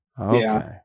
okay